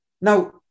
Now